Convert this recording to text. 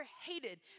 hated